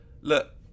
look